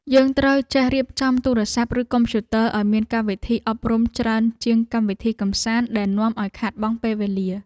យើងត្រូវចេះរៀបចំទូរស័ព្ទ ឬកុំព្យូទ័រឱ្យមានកម្មវិធីអប់រំច្រើនជាងកម្មវិធីកម្សាន្តដែលនាំឱ្យខាតបង់ពេលវេលា។